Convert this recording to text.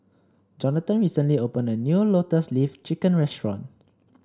Johnathon recently opened a new Lotus Leaf Chicken restaurant